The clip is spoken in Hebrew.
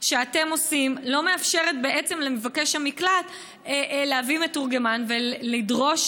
שאתם עושים לא מאפשרת בעצם למבקש המקלט להביא מתורגמן ולדרוש,